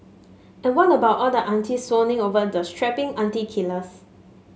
and what about all the aunties swooning over these strapping auntie killers